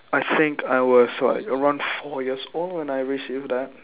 I think I was what around four years old when I race with that